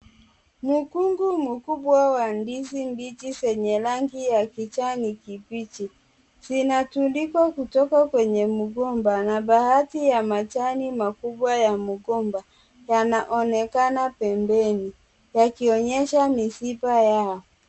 Mkungu mkubwa wa ndizi mbichi zenye rangi ya kijani kibichi, zinatundikwa kutoka kwenye mgomba na baadhi ya majani makubwa ya mgomba, yanaonekana pembeni yakionyesha mishipa yao.